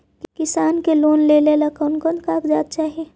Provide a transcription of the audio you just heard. किसान के लोन लेने ला कोन कोन कागजात चाही?